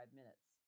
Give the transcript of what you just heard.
minutes